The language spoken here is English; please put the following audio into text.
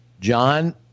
John